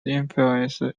influences